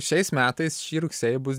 šiais metais šį rugsėjį bus